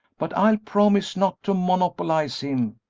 but i'll promise not to monopolize him!